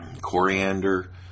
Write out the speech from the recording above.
coriander